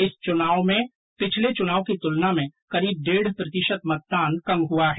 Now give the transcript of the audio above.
इस चुनाव में पिछले चुनाव की तुलना में करीब डेढ प्रतिशत मतदान कम हुआ है